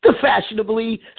fashionably